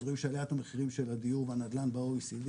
אז רואים שעליית המחירים של הדיור והנדל"ן ב-OECD